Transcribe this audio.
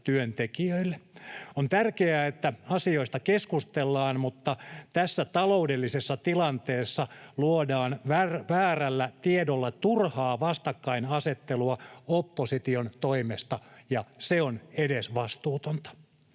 On tärkeää, että asioista keskustellaan, mutta tässä taloudellisessa tilanteessa luodaan väärällä tiedolla turhaa vastakkainasettelua opposition toimesta, ja se on edesvastuutonta.